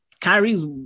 Kyrie's